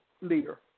leader